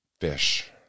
fish